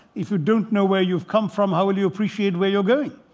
if you don't know where you've come from, how will you appreciate where you're going?